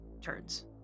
turns